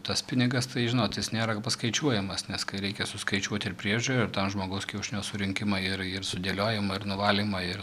tas pinigas tai žinot jis nėra paskaičiuojamas nes kai reikia suskaičiuot ir priežiūrą ir tam žmogaus kiaušinio surinkimą ir ir sudėliojimą ir nuvalymą ir